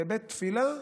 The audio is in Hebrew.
בבית תפילה,